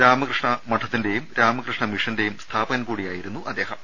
രാമകൃഷ്ണമഠത്തിന്റെയും രാമകൃഷ്ണ മിഷന്റെയും സ്ഥാപകൻകൂടിയായിരുന്നു അദ്ദേഹം